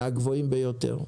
מהגבוהים ביותר.